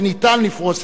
וניתן לפרוס,